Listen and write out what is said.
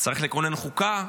צריך לכונן חוקה,